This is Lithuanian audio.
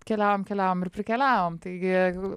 keliavom keliavom ir prikeliavom taigi